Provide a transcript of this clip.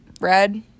red